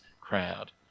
crowd